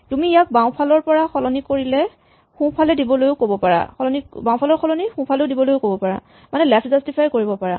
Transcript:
তুমি ইয়াক বাওঁফালৰ সলনি সোঁফালে দিবলৈও ক'ব পাৰা মানে লেফ্ট জাষ্টিফাই কৰিব পাৰা